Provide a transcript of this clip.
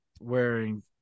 wearing